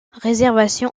réservation